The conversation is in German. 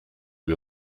wir